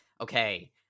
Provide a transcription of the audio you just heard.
okay